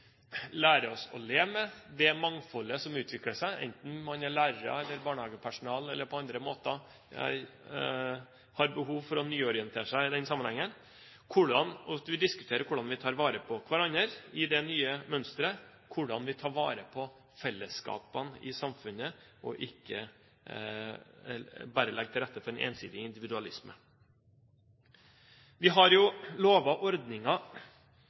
oss å leve med det mangfoldet som utvikler seg, enten man er lærer, barnehagepersonale eller på andre måter har behov for å nyorientere seg i denne sammenhengen, og at vi diskuterer hvordan vi tar vare på hverandre i det nye mønsteret, hvordan vi tar vare på fellesskapene i samfunnet og ikke bare legger til rette for en ensidig individualisme. Vi har lover og